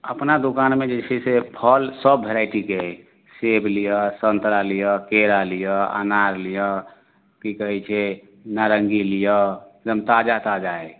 अपना दोकानमे जे छै से फल सब भेराइटीके अइ सेब लिअ सन्तरा लिअ केरा लिअ अनार लिअ की कहै छै नरंगी लिअ एकदम ताजा ताजा अइ